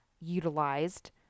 utilized